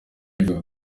ivuga